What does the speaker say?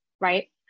Right